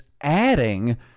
adding